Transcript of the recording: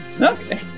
Okay